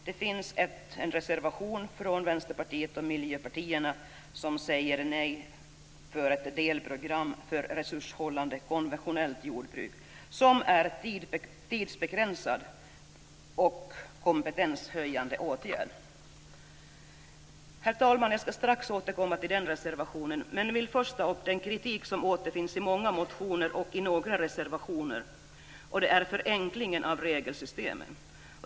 Det finns dock en reservation från Vänsterpartiet och Miljöpartiet som säger nej till delprogrammet för resurshushållande konventionellt jordbruk som en tidsbegränsad och kompetenshöjande åtgärd. Jag skall strax återkomma till den reservationen, herr talman, men jag vill först ta upp den kritik som återfinns i många motioner och i några reservationer och som gäller förenklingen av regelsystemen.